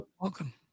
Welcome